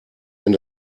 wenn